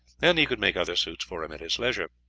and he could make other suits for him at his leisure.